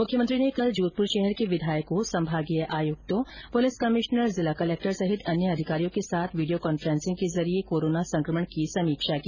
मुख्यमंत्री ने कल जोधपुर शहर के विधायकों संभागीय आयुक्त पुलिस कमिश्नर जिला कलक्टर सहित अन्य अधिकारियों के साथ वीडियो कान्फ्रेंसिंग के जरिए कोरोना संक्रमण की समीक्षा की